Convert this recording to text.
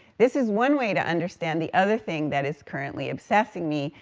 this is one way to understand the other thing that is currently obsessing me,